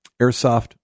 airsoft